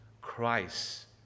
Christ